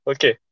Okay